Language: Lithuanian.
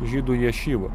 žydų ješiva